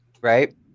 right